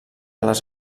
les